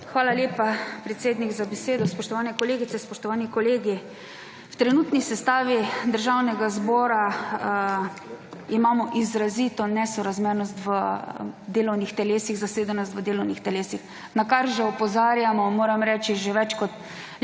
Hvala lepa, predsednik, za besedo. Spoštovane kolegice in kolegi. V trenutni sestavi Državnega zbora imamo izrazito nesorazmernost v delovnih telesih zasedenost v delovnih telesih, na kar že opozarjamo moram reči že več kot